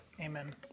Amen